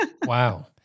wow